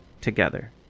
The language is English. together